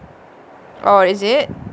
orh is it